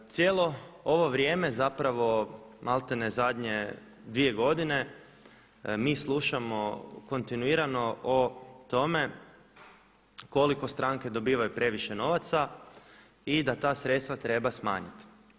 Cijelo ovo vrijeme malte ne zadnje dvije godine mi slušamo kontinuirano o tome koliko stranke dobivaju previše novaca i da ta sredstva treba smanjiti.